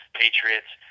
patriots